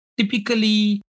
typically